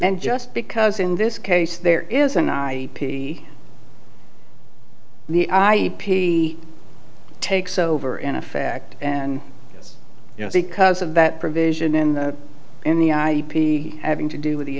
and just because in this case there is an i p the takes over in effect and yes you know because of that provision in the in the i p having to do with the